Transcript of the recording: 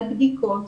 על בדיקות,